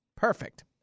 Perfect